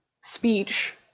speech